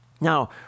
Now